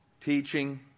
teaching